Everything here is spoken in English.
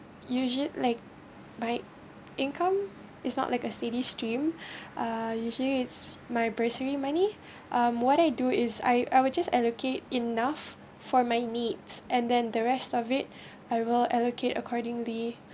usual like my income is not like a steady stream usually it's my bursary money um what I do is I I will just allocate enough for my needs and then the rest of it I will allocate accordingly